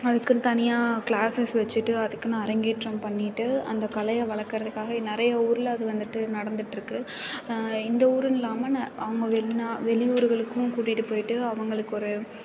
அதுக்குன்னு தனியாக கிளாஸஸ் வச்சுட்டு அதுக்குனு அரங்கேற்றம் பண்ணிட்டு அந்த கலையை வளக்கிறதுக்காக நிறைய ஊரில் அது வந்துட்டு நடந்துட்டுருக்கு இந்த ஊருன்னு இல்லாமல் அவங்க வெளி வெளி ஊர்களுக்கும் கூட்டிட்டு போய்ட்டு அவங்களுக்கு